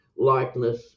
likeness